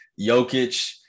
Jokic